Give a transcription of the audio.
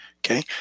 Okay